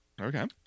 Okay